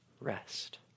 rest